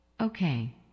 okay